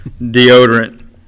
deodorant